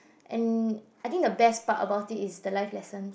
and I think the best part about it is the life lesson